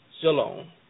Shalom